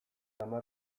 hamar